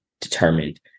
determined